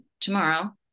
tomorrow